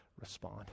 respond